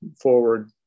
forward